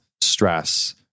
stress